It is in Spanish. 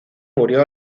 murió